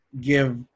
give